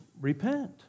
repent